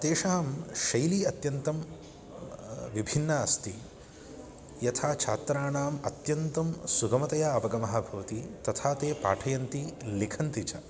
तेषां शैली अत्यन्तं विभिन्ना अस्ति यथा छात्राणाम् अत्यन्तं सुगमतया अवगमः भवति तथा ते पाठयन्ति लिखन्ति च